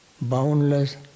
boundless